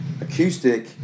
Acoustic